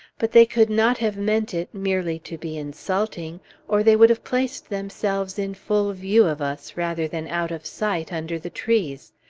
but they could not have meant it merely to be insulting or they would have placed themselves in full view of us, rather than out of sight, under the trees.